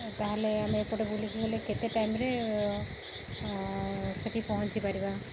ତା'ହେଲେ ଆମେ ଏପଟେ ବୁଲିକି ଗଲେ କେତେ ଟାଇମ୍ରେ ସେଇଠି ପହଞ୍ଚିପାରିବା